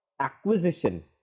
acquisition